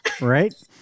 Right